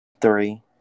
three